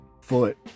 foot